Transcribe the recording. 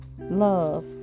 love